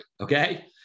okay